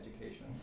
education